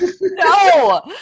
No